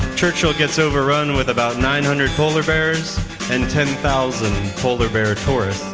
churchill gets overrun with about nine hundred polar bears and ten thousand polar bear tourists.